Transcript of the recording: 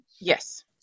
Yes